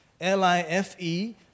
L-I-F-E